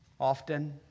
often